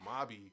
mobby